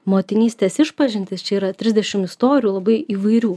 motinystės išpažintis čia yra trisdešim istorijų labai įvairių